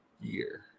year